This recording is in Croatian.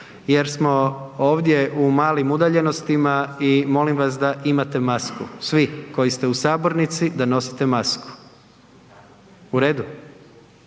jer smo ovdje u malim udaljenostima i molim vas da imate masku svi koji ste u sabornici da nosite masku. U redu?